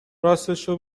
راستشو